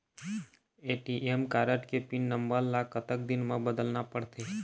ATM card के pin number ला कतक दिन म बदलना पड़थे?